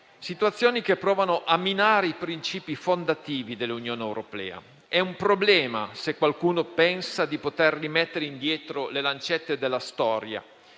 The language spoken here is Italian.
dibattito - che provano a minare i principi fondativi dell'Unione europea. È un problema se qualcuno pensa di poter rimettere indietro le lancette della storia,